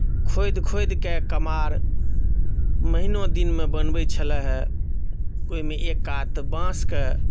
खोधि खोधिके कमार महिनो दिनमे बनबैत छलए हे ओहिमे एक कात बाँसकेँ